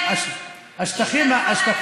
השטחים שהשתלטו עליהם,